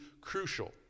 crucial